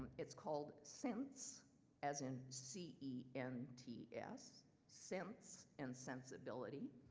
it's called cents as in c e n t s cents and sensibility